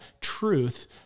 truth